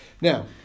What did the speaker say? Now